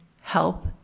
help